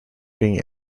being